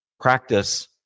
practice